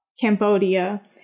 Cambodia